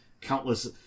countless